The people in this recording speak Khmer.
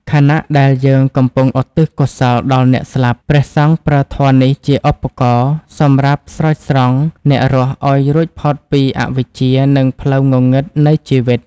ខណៈដែលយើងកំពុងឧទ្ទិសកុសលដល់អ្នកស្លាប់ ព្រះសង្ឃប្រើធម៌នេះជាឧបករណ៍សម្រាប់ ស្រោចស្រង់ អ្នករស់ឱ្យរួចផុតពីអវិជ្ជា និងផ្លូវងងឹតនៃជីវិត។